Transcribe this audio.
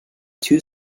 two